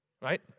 right